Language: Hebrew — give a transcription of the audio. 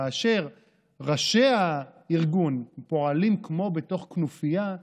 כאשר ראשי הארגון פועלים כמו בתוך כנופיה,